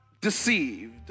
deceived